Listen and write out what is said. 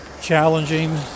challenging